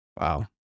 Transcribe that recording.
Wow